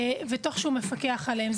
תוך שהוא מפקח עליהם.